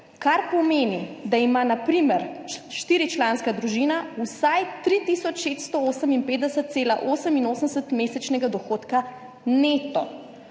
kar pomeni, da ima na primer štiričlanska družina vsaj 3 tisoč 658,88 mesečnega dohodka neto.